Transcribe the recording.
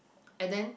and then